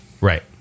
Right